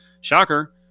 Shocker